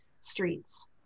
streets